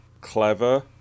clever